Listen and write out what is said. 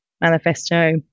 manifesto